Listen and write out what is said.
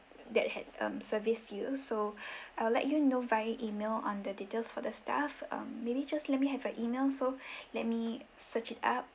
that had um serviced you so I will let you know via email on the details for the staff um maybe just let me have your email so let me search it up